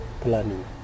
planning